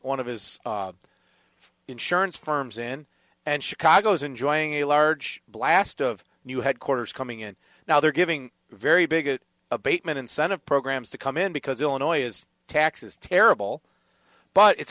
one of his insurance firms in and chicago is enjoying a large blast of new headquarters coming in now they're giving very big abatement incentive programs to come in because illinois is tax is terrible but it's